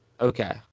Okay